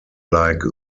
like